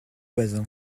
bazin